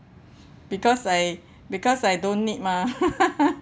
because I because I don't need mah